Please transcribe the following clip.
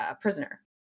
prisoner